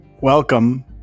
Welcome